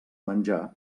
menjar